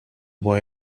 boy